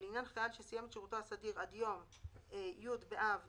ולעניין חייל שסיים את שירותו הסדיר עד יום י' באב